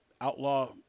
outlaw